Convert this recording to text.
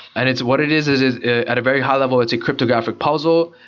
and it's what it is is is at a very high level it's a cryptographic puzzle.